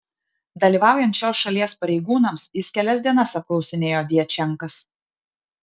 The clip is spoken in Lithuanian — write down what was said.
dalyvaujant šios šalies pareigūnams jis kelias dienas apklausinėjo djačenkas